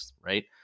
right